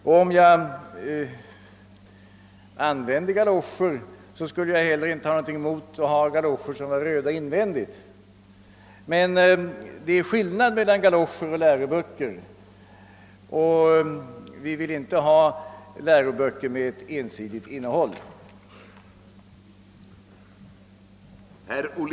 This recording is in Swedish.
Om jag använde galoscher, skulle jag heller inte ha någonting emoi att bära galoscher som är röda invändigt, men det är skillnad på galoscher och läroböcker, och vi vill inte ha läroböcker med ensidigt innehåll.